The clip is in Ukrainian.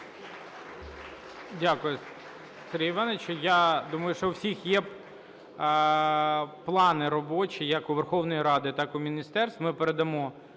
Дякую, Сергій Іванович. Я думаю, що у всіх є плани робочі, як у Верховної Ради, так у міністерств.